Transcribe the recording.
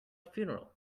funeral